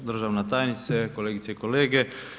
Državna tajnice, kolegice i kolege.